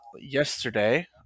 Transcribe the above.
yesterday